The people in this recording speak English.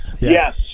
Yes